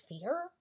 fear